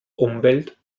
umwelt